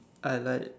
I like